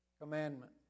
commandment